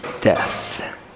death